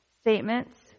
Statements